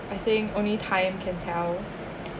I think only time can tell